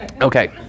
Okay